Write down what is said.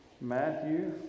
Matthew